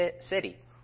city